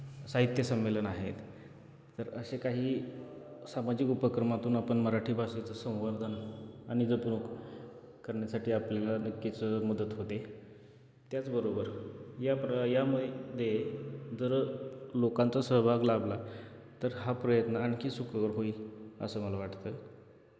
साहित्य संमेलन आहेत तर असे काही सामाजिक उपक्रमातून आपण मराठी भाषेचं संवर्धन आणि जपणूक करण्यासाठी आपल्याला नक्कीच मदत होते त्याचबरोबर या प्र यामध्ये जर लोकांचा सहभाग लाभला तर हा प्रयत्न आणखी सुखकर होईल असं मला वाटतं